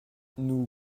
nous